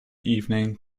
evening